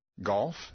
Golf